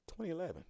2011